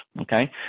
okay